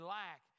lack